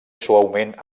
suaument